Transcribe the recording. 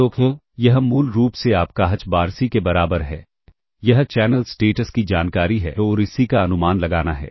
तो यह मूल रूप से आपका H बार CSI के बराबर है यह चैनल स्टेटस की जानकारी है और इस CSI का अनुमान लगाना है